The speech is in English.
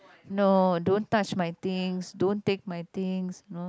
no don't touch my things don't take my things